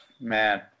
man